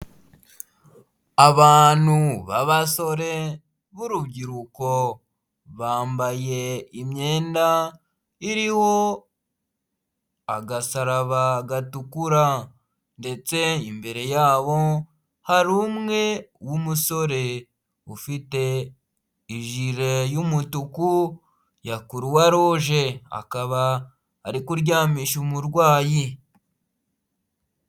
Abantu b'abasore b'urubyiruko bambaye imyenda iriho agasaraba gatukura, ndetse imbere yabo hari umwe w'umusore ufite ijire y'umutuku ya kuruwa ruje akaba ari kuryamisha umurwayi.